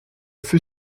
fût